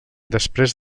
després